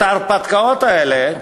את ההרפתקאות האלה,